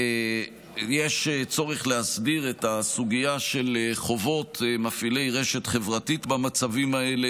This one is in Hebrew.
יש צורך להסדיר את הסוגיה של חובות מפעילי רשת חברתית במצבים האלה,